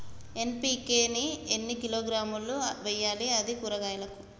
NPK ని ఎన్ని కిలోగ్రాములు వెయ్యాలి? అది కూరగాయలకు?